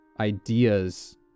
ideas